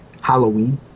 Halloween